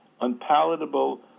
unpalatable